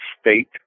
state